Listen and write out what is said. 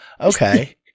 Okay